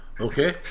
Okay